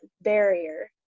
barrier